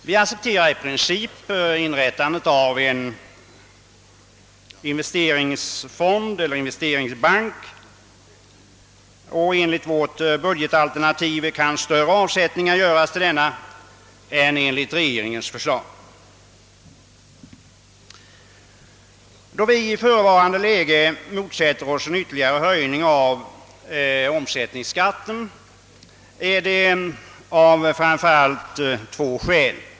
Vi accepterar i princip inrättandet av en investeringsbank, och enligt vårt budgetalternativ kan större avsättningar göras till denna än enligt regeringens förslag. Det är framför allt av två skäl vi i förevarande läge motsätter oss en ytterligare höjning av omsättningsskatten.